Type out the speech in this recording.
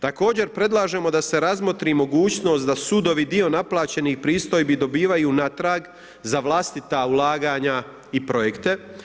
Također, predlažemo da se razmotri mogućnost da sudovi dio naplaćenih pristojbi dobivaju natrag za vlastita ulaganja i projekte.